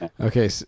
Okay